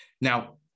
now